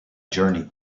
journey